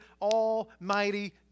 Almighty